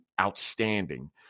outstanding